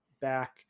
back